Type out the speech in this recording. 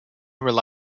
rely